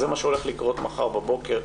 זה מה שהולך לקרות מחר בבוקר,